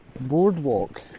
boardwalk